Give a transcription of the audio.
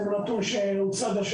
זה נתון שהוצג.